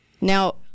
Now